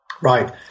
Right